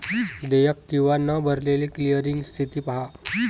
देयक किंवा न भरलेली क्लिअरिंग स्थिती पहा